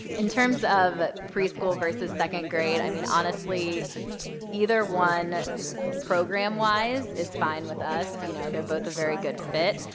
in terms of ah preschool versus second grade, i mean honestly either one program wise is fine with us, you know they're both a very good fit.